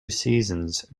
seasons